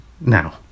now